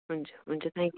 हुन्छ हुन्छ thank you